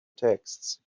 texts